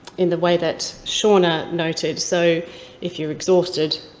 in the way that seana noted. so if you're exhausted,